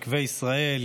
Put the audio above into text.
מקווה ישראל,